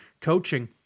coaching